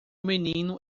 menino